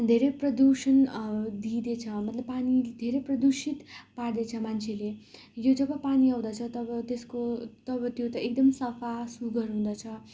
धेरै प्रदूषण दिँदैछ मतलब पानीले धेरै प्रदूषित पार्दैछ मान्छेले यो जब पानी आउँदछ तब त्यसको तब त्यो त एकदम सफासुग्घर हुँदछ